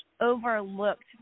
overlooked